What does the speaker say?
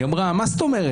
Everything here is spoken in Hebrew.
היא אמרה: מה זאת אומרת,